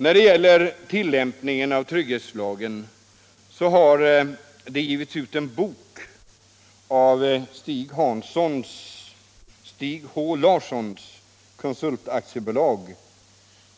När det gäller tillämpningen av trygghetslagen har det av Stig H. Larssons Konsult AB givits ut en bok